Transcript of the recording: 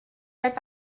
right